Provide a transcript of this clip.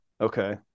Okay